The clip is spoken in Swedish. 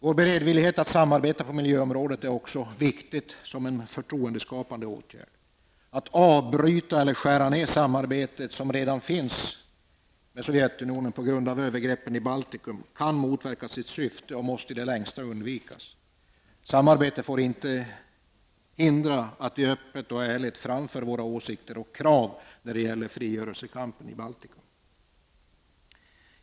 Vår beredvillighet att samarbeta på miljöområdet är också viktigt som en förtroendeskapande åtgärd. Att avbryta eller skära ned det samarbete som redan finns med Sovjetunionen på grund av övergreppen i Baltikum kan motverka sitt syfte och måste i det längsta undvikas. Samarbetet får inte hindra att vi öppet och ärligt framför våra åsikter och krav när det gäller frigörelsekampen i Baltikum.